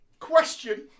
Question